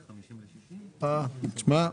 תשמע,